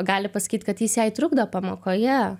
gali pasakyt kad jis jai trukdo pamokoje